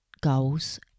goals